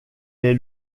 est